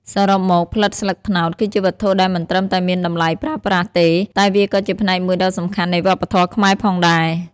សរុបមក ផ្លិតស្លឹកត្នោតគឺជាវត្ថុដែលមិនត្រឹមតែមានតម្លៃប្រើប្រាស់ទេ តែវាក៏ជាផ្នែកមួយដ៏សំខាន់នៃវប្បធម៌ខ្មែរផងដែរ។